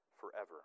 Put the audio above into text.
forever